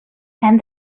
and